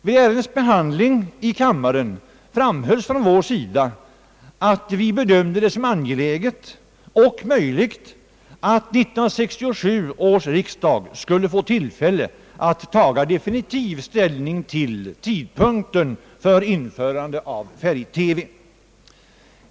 Vid ärendets behandling i kammaren framhölls från vår sida att vi bedömde det som ange läget och möjligt att 1967 års riksdag skulle få tillfälle att taga definitiv ställning till tidpunkten för införande av färg-TV.